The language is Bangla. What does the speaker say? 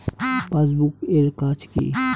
পাশবুক এর কাজ কি?